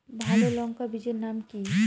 ভালো লঙ্কা বীজের নাম কি?